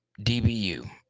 DBU